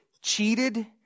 cheated